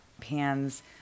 pans